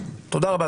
תודה רבה,